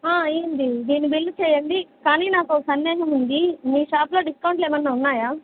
ఏది దీని బిల్లు చేయండి కానీ నాకు సందేహం ఉంది మీషాష్లో డిస్కౌంట్లు ఏమన్నా ఉన్నాయా